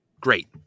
great